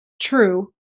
true